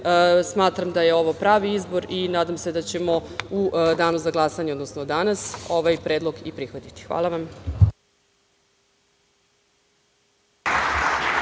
grupe. Smatram da je ovo pravi izbor i nadam se da ćemo u danu za glasanje, odnosno danas, ovaj predlog i prihvatiti. Hvala vam.